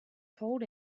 told